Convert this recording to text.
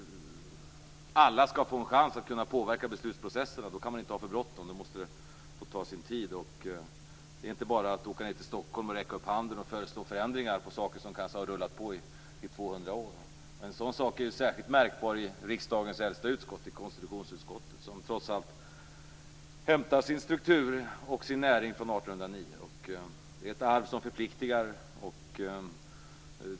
Alla skall få en chans att påverka beslutsprocessen. Då kan man inte ha för bråttom. Då måste det få ta sin tid. Det är inte bara att åka ned till Stockholm och räcka upp handen och föreslå förändringar av saker som kanske har rullat på i 200 år. En sådan sak är särskilt märkbar i riksdagens äldsta utskott, i konstitutionsutskottet, som trots allt hämtar sin struktur och sin näring från 1809. Det är ett arv som förpliktar.